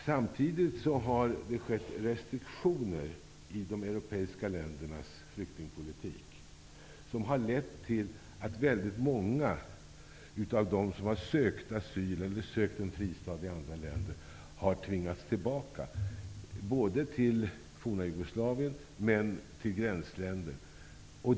Samtidigt har det införts restriktioner i de europeiska ländernas flyktingpolitik, vilket har lett till att väldigt många av dem som har sökt asyl eller sökt en fristad i annat land har tvingats tillbaka till det forna Jugoslavien och också till gränsländer.